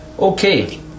Okay